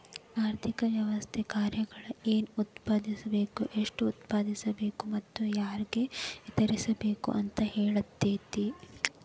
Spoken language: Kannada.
ಆರ್ಥಿಕ ವ್ಯವಸ್ಥೆ ಕಾರ್ಯಗಳು ಏನ್ ಉತ್ಪಾದಿಸ್ಬೇಕ್ ಎಷ್ಟು ಉತ್ಪಾದಿಸ್ಬೇಕು ಮತ್ತ ಯಾರ್ಗೆ ವಿತರಿಸ್ಬೇಕ್ ಅಂತ್ ಹೇಳ್ತತಿ